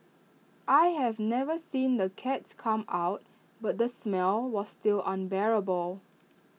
I have never seen the cats come out but the smell was still unbearable